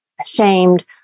Ashamed